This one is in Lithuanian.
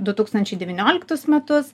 du tūkstančiai devynioliktus metus